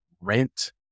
rent